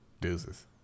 Deuces